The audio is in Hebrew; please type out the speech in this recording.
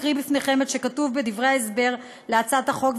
אקריא בפניכם את שכתוב בדברי ההסבר להצעת החוק,